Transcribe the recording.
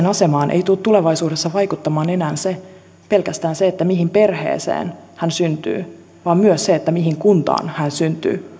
asemaan ei tule tulevaisuudessa vaikuttamaan enää se pelkästään se mihin perheeseen hän syntyy vaan myös se mihin kuntaan hän syntyy